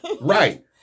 Right